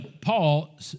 Paul